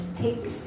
peaks